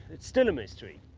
it's still a mystery.